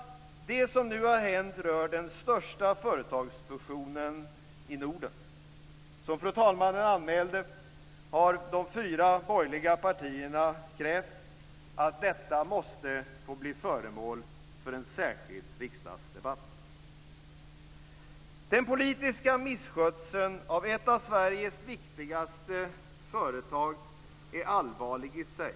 Det som nu har hänt rör den största företagsfusionen i Norden. Som fru talmannen anmälde har de fyra borgerliga partierna krävt att detta måste få bli föremål för en särskild riksdagsdebatt. Den politiska misskötseln av ett av Sveriges viktigaste företag är allvarlig i sig.